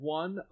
one